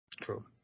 True